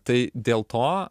tai dėl to